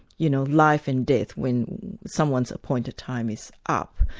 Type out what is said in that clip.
you know, life and death, when someone's appointed time is up.